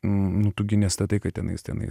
nudžiuginęs tatai katinais tenai